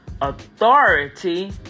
authority